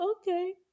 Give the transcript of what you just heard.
okay